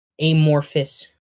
amorphous